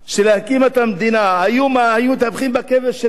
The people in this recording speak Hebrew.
שהקימו את התנועה, היו מתהפכים בקבר שלהם.